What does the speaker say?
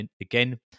again